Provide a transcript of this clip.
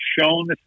shown